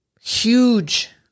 huge